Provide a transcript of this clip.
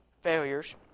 failures